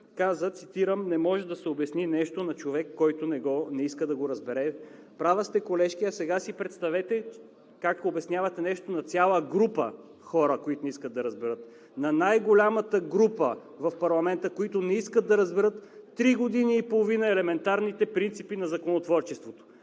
каза, цитирам: „Не може да се обясни нещо на човек, който не иска да го разбере!“ Права сте, колежке. А сега си представете как обяснявате нещо на цяла група хора, които не искат да разберат – на най-голямата група в парламента, които не искат да разберат три години и половина елементарните принципи на законотворчеството,